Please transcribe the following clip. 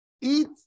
eat